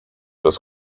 los